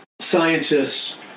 scientists